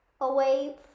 away